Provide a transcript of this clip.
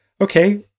Okay